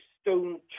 stone